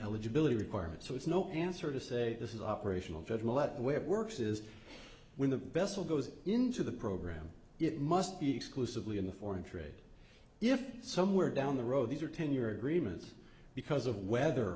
eligibility requirements so it's no answer to say this is operational federal let where it works is when the vessel goes into the program it must be exclusively in the foreign trade if somewhere down the road these are ten year agreement because of weather